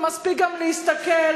ומספיק גם להסתכל,